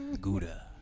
Gouda